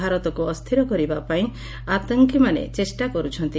ଭାରତକୁ ଅସ୍ଥିର କରିବା ପାଇଁ ଆତଙ୍କୀମାନେ ଚେଷ୍ଟା କରୁଛନ୍ତି